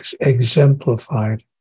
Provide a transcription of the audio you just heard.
exemplified